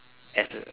as a